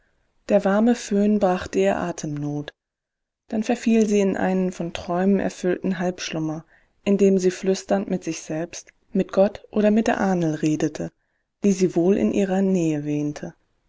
der warme föhn brachte ihr atemnot dann verfiel sie in einen von träumen erfüllten halbschlummer in dem sie flüsternd mit sich selbst mit gott oder mit der ahnl redete die sie wohl in ihrer nähe wähnte